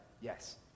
Yes